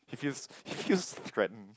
if you if you friend